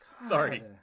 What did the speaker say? sorry